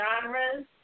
genres